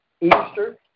Easter